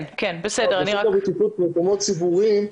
אני אומר שבחוק הבטיחות במקומות ציבוריים,